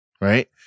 Right